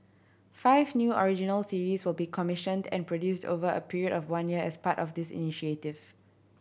five new original series will be commissioned and produced over a period of one year as part of this initiative